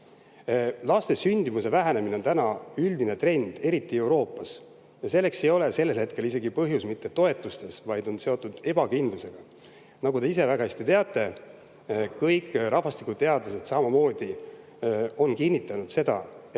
Laste sündimuse vähenemine on täna üldine trend, eriti Euroopas, ja selle põhjus ei ole hetkel mitte toetustes, vaid see on seotud ebakindlusega. Nagu te ise väga hästi teate, kõik rahvastikuteadlased samamoodi on kinnitanud seda, et